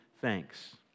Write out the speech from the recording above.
thanks